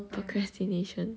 procrastination